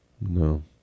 No